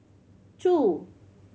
two